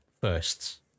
firsts